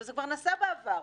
וזה כבר נעשה בעבר,